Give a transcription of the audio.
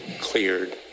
cleared